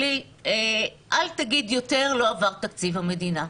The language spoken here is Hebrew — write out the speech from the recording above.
אל תגיד יותר לא עבר תקציב המדינה.